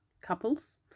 couples